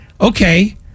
okay